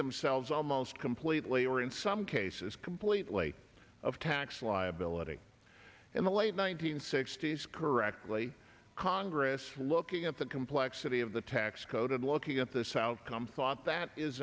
themselves almost completely or in some cases completely of tax liability in the late one nine hundred sixty s correctly congress looking at the complexity of the tax code and looking at this outcome thought that is